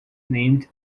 named